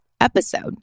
episode